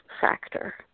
factor